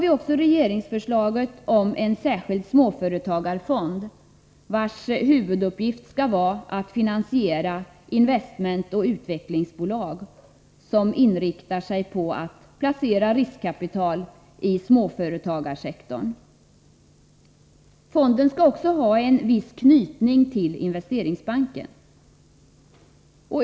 Vidare har vi regeringsförslaget om en särskild småföretagarfond, vars uppgift skall vara att finansiera investmentoch utvecklingsbolag som inriktar sig på att placera riskkapital i småföretagarsektorn. Fonden skall också ha en viss knytning till Investeringsbanken.